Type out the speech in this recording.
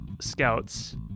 scouts